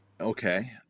Okay